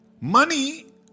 Money